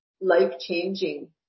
life-changing